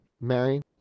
Mary